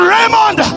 Raymond